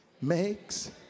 Makes